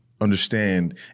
Understand